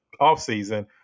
offseason